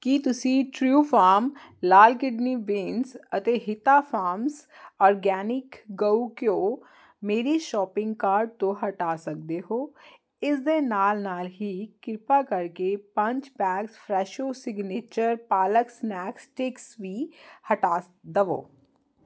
ਕਿ ਤੁਸੀਂ ਟਰਉਫਾਰਮ ਲਾਲ ਕਿਡਨੀ ਬੀਨਜ਼ ਅਤੇ ਹਿਤਾ ਫਾਰਮਜ਼ ਆਰਗੈਨਿਕ ਗਊ ਘਿਓ ਮੇਰੇ ਸ਼ੋਪਿੰਗ ਕਾਰਟ ਤੋਂ ਹਟਾ ਸਕਦੇ ਹੋ ਇਸ ਦੇ ਨਾਲ ਨਾਲ ਹੀ ਕਿਰਪਾ ਕਰਕੇ ਪੰਜ ਬੈਗਜ਼ ਫਰੈਸ਼ੋ ਸਿਗਨੇਚਰ ਪਾਲਕ ਸਨੈਕ ਸਟਿਕਸ ਵੀ ਹਟਾ ਦਵੋ